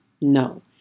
no